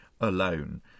alone